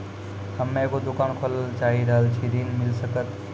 हम्मे एगो दुकान खोले ला चाही रहल छी ऋण मिल सकत?